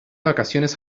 vacaciones